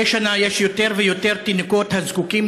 מדי שנה יש יותר ויותר תינוקות הזקוקים